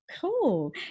Cool